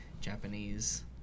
Japanese